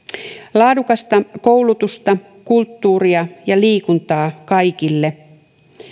laadukasta koulutusta kulttuuria ja liikuntaa kaikille